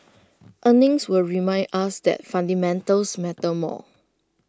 earnings will remind us that fundamentals matter more